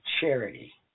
charity